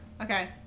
Okay